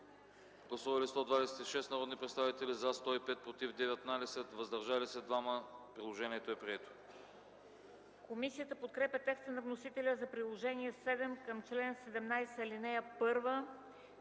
Комисията подкрепя текста на вносителя за Приложение № 7 към чл. 17, ал. 1